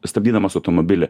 stabdydamas automobilį